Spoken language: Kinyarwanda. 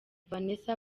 vanessa